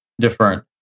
different